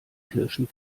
kirschen